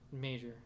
major